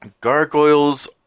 Gargoyles